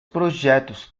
projetos